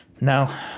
Now